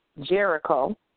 Jericho